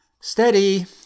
Steady